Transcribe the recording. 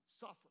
suffer